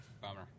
Bummer